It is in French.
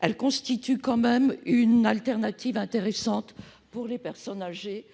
Elle constitue tout de même une solution de rechange intéressante pour les personnes âgées